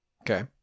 okay